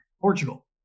Portugal